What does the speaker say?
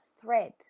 thread